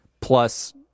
plus